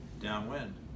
downwind